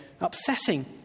obsessing